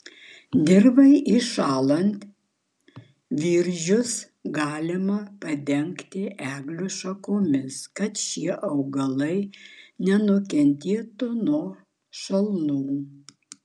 dirvai įšąlant viržius galima padengti eglių šakomis kad šie augalai nenukentėtų nuo šalnų